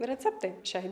receptai šiai